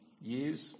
years